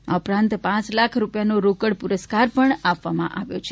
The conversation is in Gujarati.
આ ઉપરાંત પાંચ લાખ રૂપિયાનો રોકડ પુરસ્કાર પણ આપવામાં આવ્યો છે